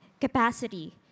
capacity